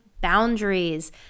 boundaries